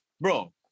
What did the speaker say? Bro